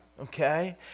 Okay